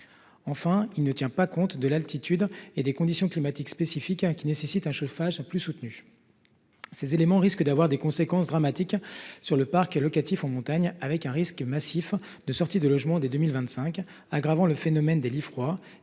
Enfin, il ne tient pas compte de l’altitude et des conditions climatiques spécifiques, qui nécessitent un chauffage plus soutenu. Ces éléments risquent d’avoir des conséquences dramatiques sur le parc locatif en montagne : des logements pourraient massivement sortir du marché dès 2025, ce qui aggraverait le phénomène des « lits froids